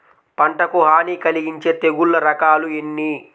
పంటకు హాని కలిగించే తెగుళ్ల రకాలు ఎన్ని?